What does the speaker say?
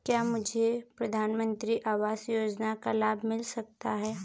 क्या मुझे प्रधानमंत्री आवास योजना का लाभ मिल सकता है?